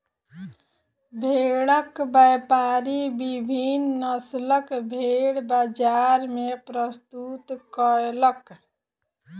भेड़क व्यापारी विभिन्न नस्लक भेड़ बजार मे प्रस्तुत कयलक